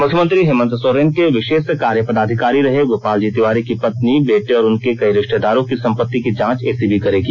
मुख्यमंत्री हेमंत सोरेन के विशेष कार्यपदाधिकारी रहे गोपालजी तिवारी की पत्नी बेटे और उनके कई रिश्तेदारों की संपत्ति की जांच एसीबी करेगी